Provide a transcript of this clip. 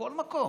בכל מקום.